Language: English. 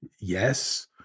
Yes